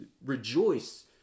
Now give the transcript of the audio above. rejoice